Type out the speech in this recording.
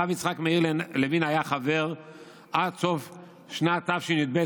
הרב יצחק מאיר לוין היה חבר עד סוף שנת תשי"ב,